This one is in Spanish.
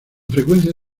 frecuencia